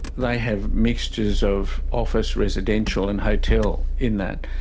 they have mixtures of office, residential and hotel in that.